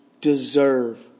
Deserve